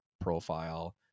profile